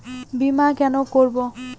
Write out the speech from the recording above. বিমা কেন করব?